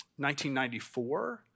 1994